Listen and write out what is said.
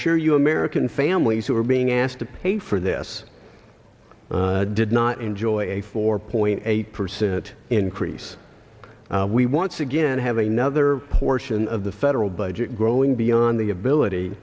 sure you american families who are being asked to pay for this did not enjoy it a four point eight percent increase we once again have another portion of the federal budget growing beyond the ability